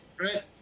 Right